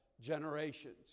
generations